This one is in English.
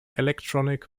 electronic